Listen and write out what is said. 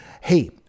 Hey